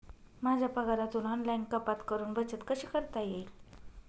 माझ्या पगारातून ऑनलाइन कपात करुन बचत कशी करता येईल?